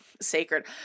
sacred